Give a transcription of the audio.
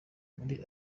muri